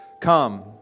Come